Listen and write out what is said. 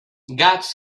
gats